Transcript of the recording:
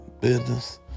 business